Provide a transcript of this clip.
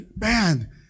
Man